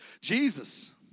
Jesus